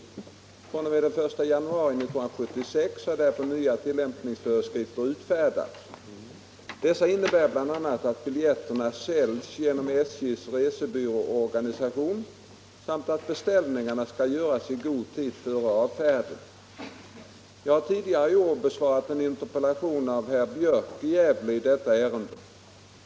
fr.o.m. den 1 januari 1976 har därför nya tillämpningsföreskrifter utfärdats. Dessa innebär bl.a. att biljetterna säljs genom SJ:s resebyråorganisation samt att beställningarna skall göras i god tid före avfärden. Jag har tidigare i år besvarat en interpellation av herr Björk i Gävle i detta ärende.